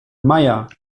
meier